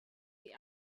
the